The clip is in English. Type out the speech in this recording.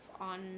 on